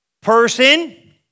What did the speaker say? Person